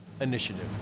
Initiative